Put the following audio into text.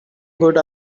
good